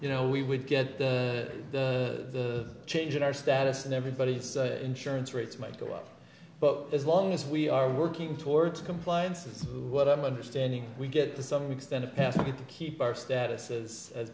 you know we would get the change in our status and everybody's insurance rates might go up but as long as we are working towards compliance of what i'm understanding we get to some extent a pathway to keep our status as